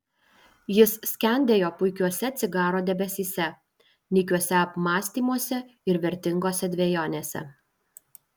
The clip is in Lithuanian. jis skendėjo puikiuose cigaro debesyse nykiuose apmąstymuose ir vertingose dvejonėse